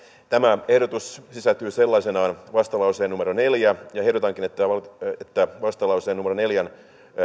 tämä ehdotus sisältyy sellaisenaan vastalauseeseen numero neljä ja ehdotankin että vastalauseen numero neljä